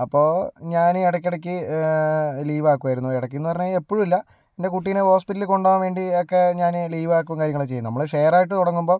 അപ്പോൾ ഞാന് ഇടയ്ക്ക് ഇടയ്ക്ക് ലീവ് ആകുമായിരുന്നു ഇടയ്ക്ക് എന്ന് പറഞ്ഞു കഴിഞ്ഞാൽ എപ്പോഴുമില്ല എൻ്റെ കുട്ടിനെ ഹോസ്പിറ്റലിൽ കൊണ്ട് പോകാൻ വേണ്ടി ഒക്കെ ഞാന് ലീവ് ആകും കാര്യങ്ങളൊക്കെ ചെയ്യും നമ്മൾ ഷെയർ ആയിട്ട് തുടങ്ങുമ്പോൾ